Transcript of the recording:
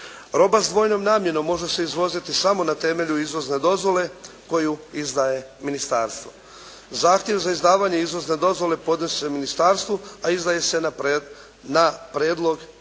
Roba s dvojnom namjenom može se izvoziti samo na temelju izvozne dozvole koju izdaje ministarstvo. Zahtjev za izdavanje izvozne dozvole podnosi se ministarstvu, a izdaje se na prijedlog povjerenstva.